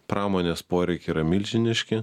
pramonės poreikiai yra milžiniški